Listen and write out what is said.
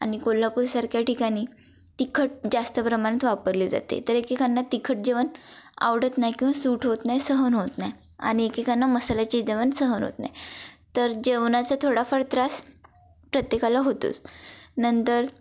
आणि कोल्हापूरसारख्या ठिकाणी तिखट जास्त प्रमाणात वापरले जाते तर एकेकांना तिखट जेवण आवडत नाही किंवा सूट होत नाही सहन होत नाही आणि एकेकांना मसाल्याचे जेवण सहन होत नाही तर जेवणाचा थोडाफार त्रास प्रत्येकाला होतोच नंतर